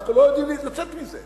אנחנו לא יודעים איך לצאת מזה.